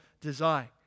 design